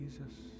Jesus